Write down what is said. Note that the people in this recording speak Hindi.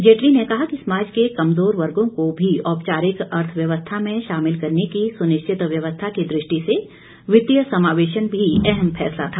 जेटली ने कहा कि समाज के कमजोर वर्गों को भी औपचारिक अर्थव्यवस्था में शामिल करने की सुनिश्चित व्यवस्था की दृष्टि से वित्तीय समावेशन भी अहम फैसला था